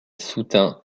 soutint